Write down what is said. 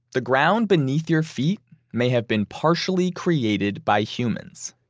the ground beneath your feet may have been partially created by humans.